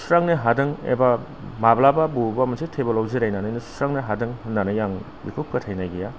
सुस्रांनो हादों एबा माब्लाबा बबावबा मोनसे टेबोलावनो जिरायनानै सुस्रांनो हादों होननानै आं बेखौ फोथायनाय गैया